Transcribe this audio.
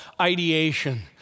ideation